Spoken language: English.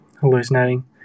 Hallucinating